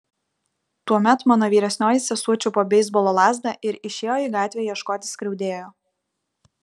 tuomet mano vyresnioji sesuo čiupo beisbolo lazdą ir išėjo į gatvę ieškoti skriaudėjo